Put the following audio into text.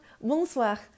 bonsoir